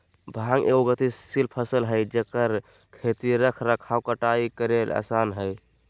भांग एगो गतिशील फसल हइ जेकर खेती रख रखाव कटाई करेय आसन हइ